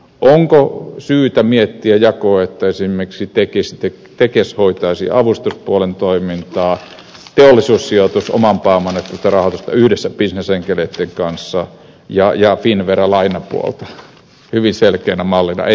onko syytä miettiä jakoa että esimerkiksi tekes hoitaisi avustuspuolen toimintaa teollisuussijoitus omaa pääomaehtoista rahoitusta yhdessä bisnesenkeleitten kanssa ja finnvera lainapuolta hyvin selkeänä mallina